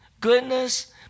goodness